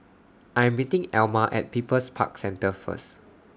I Am meeting Elma At People's Park Centre First